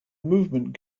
movement